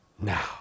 now